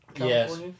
Yes